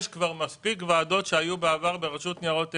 יש מספיק ועדות שהיו בעבר ברשות לניירות ערך,